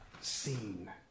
seen